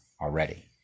already